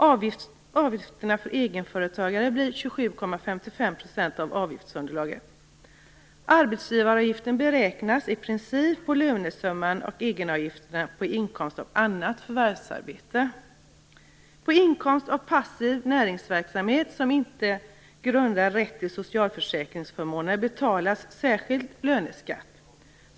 Avgifterna för egenföretagare blir På inkomst av passiv näringsverksamhet som inte grundar rätt till socialförsäkringsförmåner betalas särskild löneskatt.